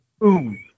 Boom